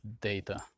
data